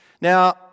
Now